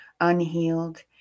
unhealed